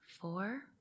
four